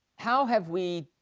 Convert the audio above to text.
how have we,